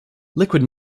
liquid